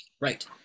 Right